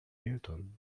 milton